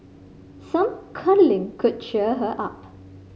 some cuddling could cheer her up